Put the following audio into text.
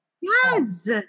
Yes